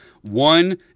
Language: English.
One –